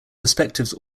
perspectives